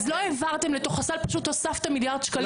אז לא העברתם לתוך הסל, פשוט הוספתם מיליארד שקלים